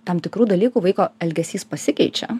tam tikrų dalykų vaiko elgesys pasikeičia